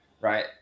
right